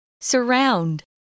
Surround